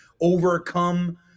overcome